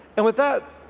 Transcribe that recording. and with that,